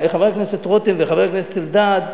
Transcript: חבר הכנסת רותם וחבר הכנסת אלדד,